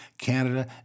Canada